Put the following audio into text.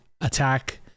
attack